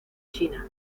china